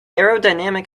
aerodynamic